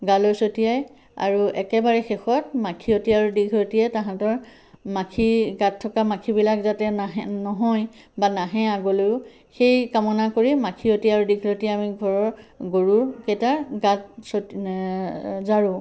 গালৈ ছটিয়াই আৰু একেবাৰে শেষত মাখিয়তী আৰু দীঘলতিৰে তাহাঁতৰ মাখি গাত থকা মাখিবিলাক যাতে নাহে নহয় বা নাহে আগলৈয়ো সেই কামনা কৰি মাখিয়তী আৰু দীঘলতি আমি ঘৰৰ গৰুৰকেইটাৰ গাত ছটি জাৰোঁ